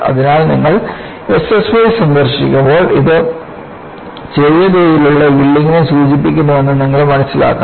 അതിനാൽ നിങ്ങൾ SSY സന്ദർശിക്കുമ്പോൾ ഇത് ചെറിയ തോതിലുള്ള യീൽഡിങ്നെ സൂചിപ്പിക്കുന്നുവെന്ന് നിങ്ങൾ മനസ്സിലാക്കണം